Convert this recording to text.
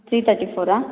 three thirty ಫೋರಾ